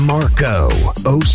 Marco